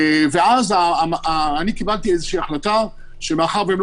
ואז קיבלתי איזושהי החלטה שמאחר שהם לא